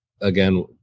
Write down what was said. again